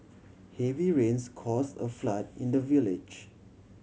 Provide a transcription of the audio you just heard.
heavy rains caused a flood in the village